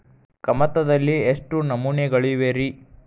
ಕಮತದಲ್ಲಿ ಎಷ್ಟು ನಮೂನೆಗಳಿವೆ ರಿ?